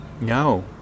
No